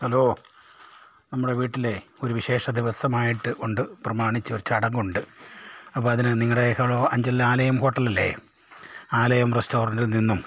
hello നമ്മളെ വീട്ടിലേ ഒരു വിശേഷ ദിവസമായിട്ട് ഉണ്ട് പ്രമാണിച്ചൊരു ചടങ്ങുണ്ട് അപ്പം അതിന് നിങ്ങളുടെയൊക്കെ അഞ്ചലിൽ ആലയം ഹോട്ടൽ അല്ലെ ആലയം റസ്റ്റോറൻ്റിൽ നിന്നും